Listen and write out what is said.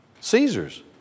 Caesar's